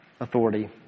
authority